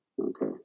Okay